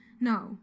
No